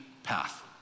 path